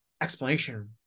explanation